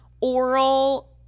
oral